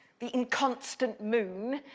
the inconstant moon,